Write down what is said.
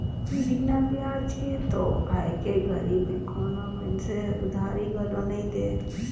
बिना बियाज के तो आयके घरी में कोनो मइनसे हर उधारी घलो नइ दे